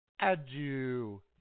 adieu